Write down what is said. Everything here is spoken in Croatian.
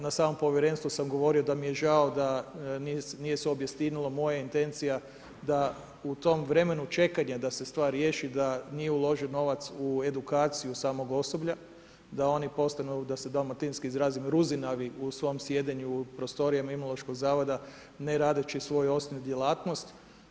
Na samom povjerenstvu sam govorio da mi je žao da nije se obistinilo moje intencija da u tom vremenu čekanja da se stvar riješi da nije uložen novac u edukaciju samog osoblja da oni postanu da se dalmatinski izrazim, ruzinavi u svom sjedenju u prostorijama Imunološkog zavoda ne radeći svoju osnovnu djelatnost.